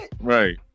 Right